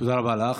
תודה רבה לך.